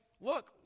Look